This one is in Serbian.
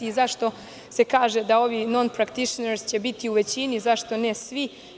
Zašto se kaže da ovi "non practitioner" će biti u većini i zašto ne svi?